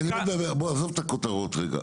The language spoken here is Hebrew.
אני מדבר, בוא, עזוב את הכותרות רגע.